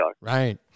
Right